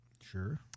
Sure